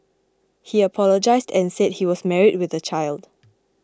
he apologised and said he was married with a child